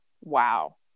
wow